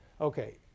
Okay